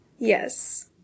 Yes